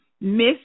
miss